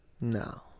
No